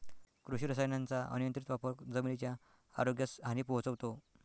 कृषी रसायनांचा अनियंत्रित वापर जमिनीच्या आरोग्यास हानी पोहोचवतो